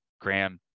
Graham